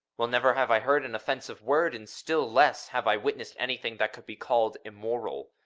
well, never have i heard an offensive word, and still less have i witnessed anything that could be called immoral.